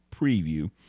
preview